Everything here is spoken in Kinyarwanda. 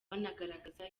banagaragaza